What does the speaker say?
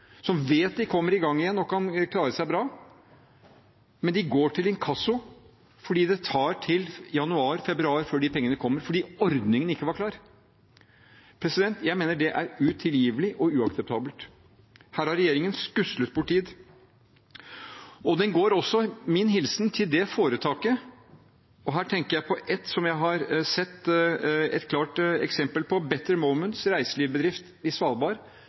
vet de kommer i gang igjen og kan klare seg bra, men de går til inkasso fordi det blir januar/februar før pengene kommer, fordi ordningen ikke var klar. Jeg mener det er utilgivelig og uakseptabelt. Her har regjeringen skuslet bort tid. Min hilsen går også til foretaket Better Moments, en reiselivsbedrift på Svalbard – et klart eksempel på en som